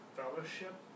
fellowship